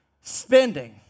spending